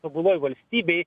tobuloj valstybėj